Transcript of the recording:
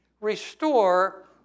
restore